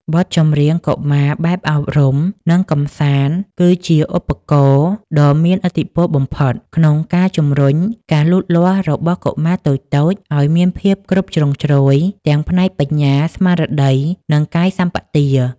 បទចម្រៀងកុមារបែបអប់រំ និងកម្សាន្ត គឺជាឧបករណ៍ដ៏មានឥទ្ធិពលបំផុតក្នុងការជំរុញការលូតលាស់របស់កុមារតូចៗឱ្យមានភាពគ្រប់ជ្រុងជ្រោយ ទាំងផ្នែកបញ្ញា ស្មារតី និងកាយសម្បទា។